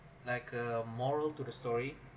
like a moral to the story